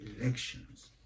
elections